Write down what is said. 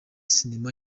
sinema